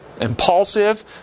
impulsive